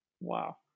Wow